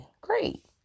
great